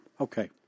Okay